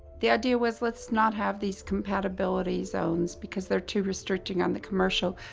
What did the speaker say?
the idea was let's not have these compatibility zones because they're too restricting on the commercial.